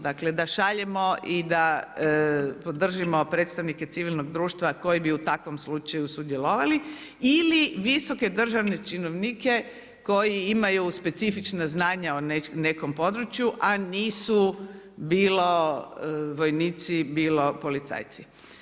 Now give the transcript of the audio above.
Dakle, da šaljemo i da podržimo predstavnike civilnog društva koji bi u takvom slučaju sudjelovali ili visoke državne činovnike koji imaju specifična znanja o nekom području a nisu bilo vojnici, bilo policajci.